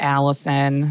Allison